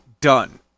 done